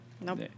Nope